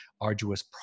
arduous